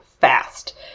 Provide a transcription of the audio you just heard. fast